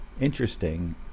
interesting